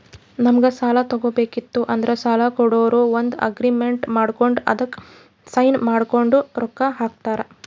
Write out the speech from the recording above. ನಮ್ಗ್ ಸಾಲ ತಗೋಬೇಕಿತ್ತು ಅಂದ್ರ ಸಾಲ ಕೊಡೋರು ಒಂದ್ ಅಗ್ರಿಮೆಂಟ್ ಮಾಡ್ಕೊಂಡ್ ಅದಕ್ಕ್ ಸೈನ್ ಮಾಡ್ಕೊಂಡ್ ರೊಕ್ಕಾ ಕೊಡ್ತಾರ